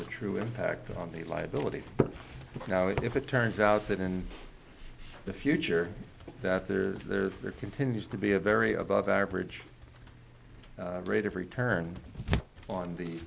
the true impact on the liability now if it turns out that in the future that there is there there continues to be a very above average rate of return on the